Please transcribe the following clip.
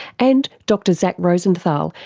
and dr zach rosenthal,